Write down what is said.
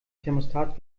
thermostat